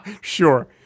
sure